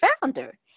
founder